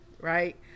right